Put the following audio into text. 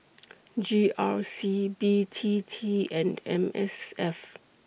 G R C B T T and M S F